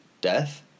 death